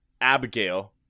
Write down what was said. Abigail